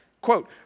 Quote